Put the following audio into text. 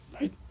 Right